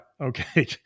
Okay